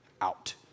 out